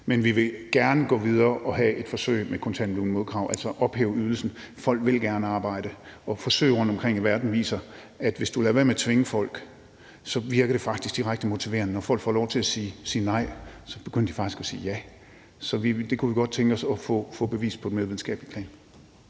Men vi vil gerne gå videre og have et forsøg med kontanthjælp uden modkrav og altså ophæve ydelsen. Folk vil gerne arbejde. Forsøg rundtomkring i verden viser, at hvis du lader være med at tvinge folk, virker det faktisk direkte motiverende. Når folk får lov til at sige nej, begynder de faktisk at sige ja. Så det kunne vi godt tænke os at få bevist på et mere videnskabeligt